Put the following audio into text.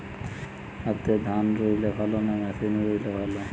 হাতে ধান রুইলে ভালো না মেশিনে রুইলে ভালো?